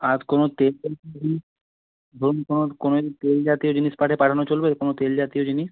আর কোনো তেল ফেল ধরুন ধরুন কোনো কোনো তেল জাতীয় জিনিস পাঠানো চলবে কোনো তেল জাতীয় জিনিস